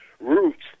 roots